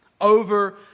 over